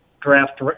draft